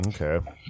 Okay